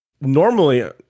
Normally